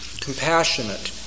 compassionate